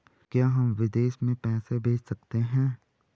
क्या हम विदेश में पैसे भेज सकते हैं?